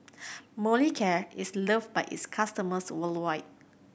Molicare is loved by its customers worldwide